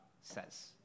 says